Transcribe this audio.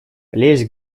лезь